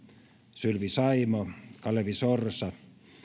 sylvi saimo kalevi sorsa